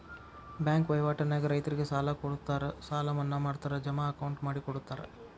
bank ವಹಿವಾಟ ನ್ಯಾಗ ರೈತರಿಗೆ ಸಾಲ ಕೊಡುತ್ತಾರ ಸಾಲ ಮನ್ನಾ ಮಾಡ್ತಾರ ಜಮಾ ಅಕೌಂಟ್ ಮಾಡಿಕೊಡುತ್ತಾರ